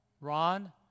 Ron